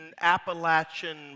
Appalachian